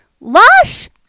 lush